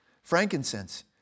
Frankincense